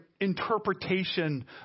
interpretation